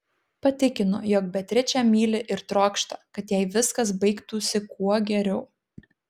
patikino jog beatričę myli ir trokšta kad jai viskas baigtųsi kuo geriau